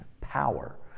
power